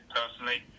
personally